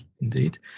indeed